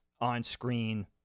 on-screen